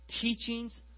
teachings